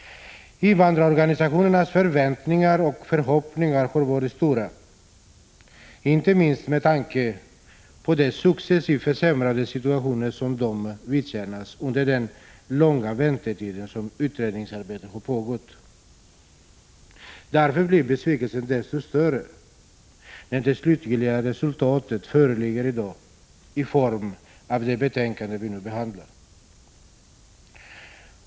Invandrarorganisationernas förväntningar och förhoppningar har varit stora, inte minst med tanke på den successivt försämrade situation som de har fått vidkännas under den långa väntetid då utredningsarbetet har pågått. Därför blir besvikelsen desto större, när det slutliga resultatet i dag föreligger i form av de betänkanden som vi nu behandlar.